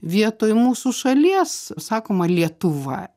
vietoj mūsų šalies sakoma lietuva